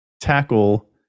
tackle